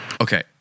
Okay